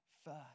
first